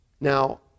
Now